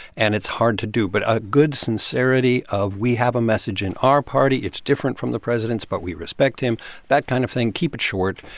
and it's hard to do. but a good sincerity of, we have a message in our party it's different from the president's, but we respect him that kind of thing. keep it short,